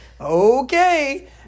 Okay